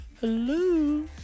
Hello